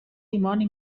dimoni